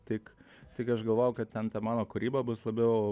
tik tik aš galvojau kad ten ta mano kūryba bus labiau